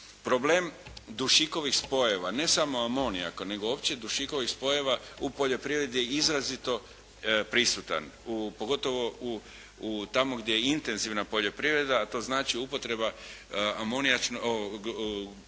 Problem dušikovih spojeva ne samo amonijaka nego uopće dušikovih spojeva u poljoprivredi je izrazito prisutan, pogotovo tamo gdje je intenzivna poljoprivreda a to znači upotreba amonijačnog gnojiva